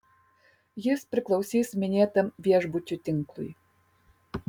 jis priklausys minėtam viešbučių tinklui